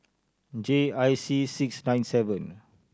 J I C six nine seven